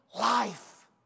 life